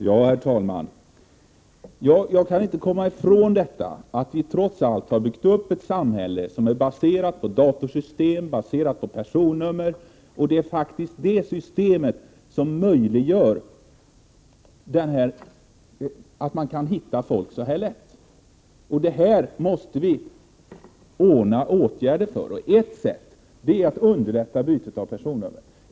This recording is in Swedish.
Herr talman! Jag kan inte komma ifrån att vi trots allt har byggt upp ett samhälle, som är baserat på datasystem och personnummer. Det är faktiskt detta system som möjliggör att man kan finna människor så lätt. Vi måste vidta åtgärder mot detta. Ett sätt är att underlätta byte av personnummer.